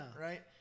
right